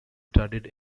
studied